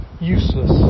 useless